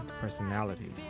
personalities